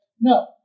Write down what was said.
No